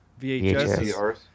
VHS